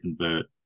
convert